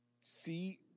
see